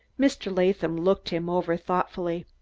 mr. latham looked him over thoughtfully.